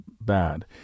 bad